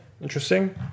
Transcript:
interesting